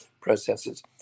processes